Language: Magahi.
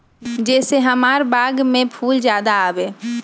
जे से हमार बाग में फुल ज्यादा आवे?